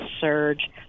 surge